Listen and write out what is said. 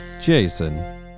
jason